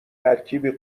ترکیبی